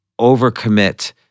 overcommit